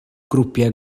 grwpiau